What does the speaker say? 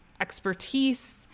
expertise